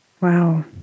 Wow